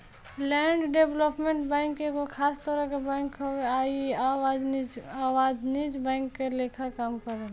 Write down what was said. land development bank एगो खास तरह के बैंक हवे आ इ अवाणिज्यिक बैंक के लेखा काम करेला